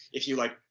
if you like,